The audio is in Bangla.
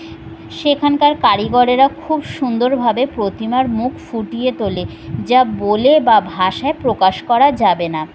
সেখানকার কারিগরেরা খুব সুন্দরভাবে প্রতিমার মুখ ফুটিয়ে তোলে যা বলে বা ভাষায় প্রকাশ করা যাবে না